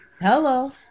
hello